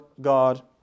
God